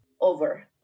over